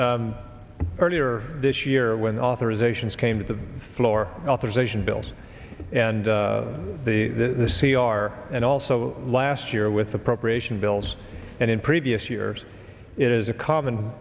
earlier this year when the authorizations came to the floor authorization bills and the c r and also last year with appropriation bills and in previous years it is a common